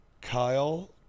Kyle